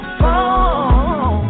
phone